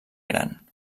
gran